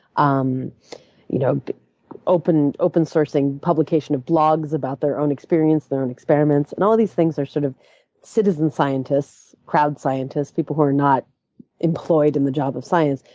um you know open open sourcing, publication of blogs about their own experience, their own and experiments. and all these things are sort of citizen scientists, crowd scientists, people who are not employed in the job of science,